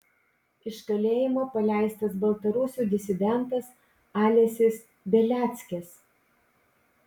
iš kalėjimo paleistas baltarusių disidentas alesis beliackis